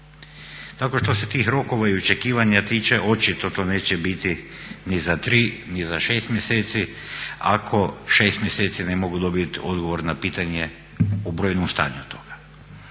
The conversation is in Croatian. Tako što se tih rokova i očekivanja tiče očito to neće biti ni za 3, ni za 6 mjeseci ako 6 mjeseci ne mogu dobiti odgovor na pitanje o brojnom stanju toga.